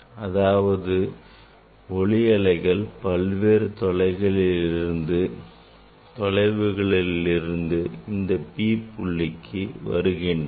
அதாவது ஒளி அலைகள் பல்வேறு தொலைவுகளிலிருந்து இந்தப் P புள்ளிக்கு வருகின்றன